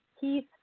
Keith